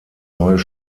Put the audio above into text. neues